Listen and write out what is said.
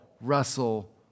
wrestle